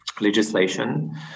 legislation